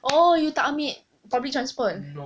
oh you tak ambil public transport